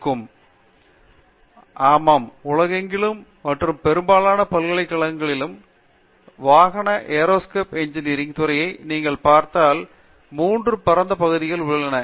R Chakravarthy ஆமாம் உலகெங்கிலும் மற்றும் பெரும்பாலான பல்கலைக்கழகங்களிலும் வாகன ஏரோஸ்பேஸ் இன்ஜினியரிங் துறையை நீங்கள் பார்த்தால் 3 பரந்த பகுதிகள் உள்ளன